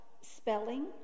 spelling